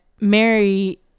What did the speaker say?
mary